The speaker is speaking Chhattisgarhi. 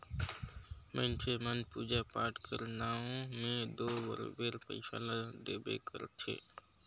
मइनसे मन पूजा पाठ कर नांव में दो बरोबेर पइसा ल देबे करथे